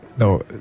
No